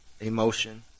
emotion